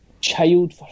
child